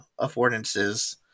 affordances